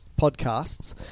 podcasts